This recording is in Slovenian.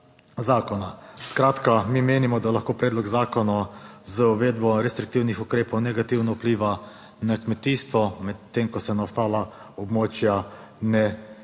zakona. Skratka, mi menimo, da lahko predlog zakona z uvedbo restriktivnih ukrepov negativno vpliva na kmetijstvo, medtem ko se na ostala območja ne